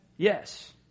Yes